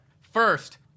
First